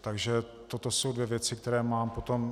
Takže toto jsou dvě věci, které mám potom.